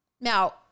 Now